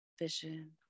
vision